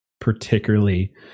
particularly